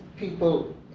people